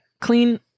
Clean